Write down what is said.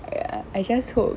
!aiya! I just hope